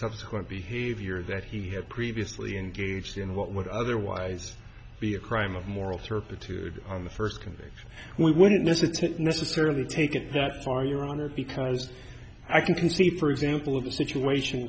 subsequent behavior that he had previously engaged in what would otherwise be a crime of moral turpitude on the first conviction we wouldn't miss it necessarily take it that far your honor because i can see for example of a situation